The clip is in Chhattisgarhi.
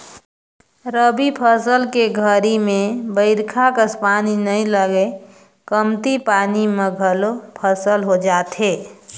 रबी फसल के घरी में बईरखा कस पानी नई लगय कमती पानी म घलोक फसल हो जाथे